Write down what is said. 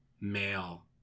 male